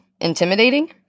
intimidating